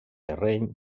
terreny